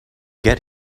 get